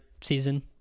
season